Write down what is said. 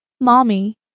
Mommy